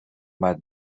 باید